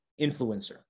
influencer